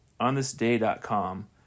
OnThisDay.com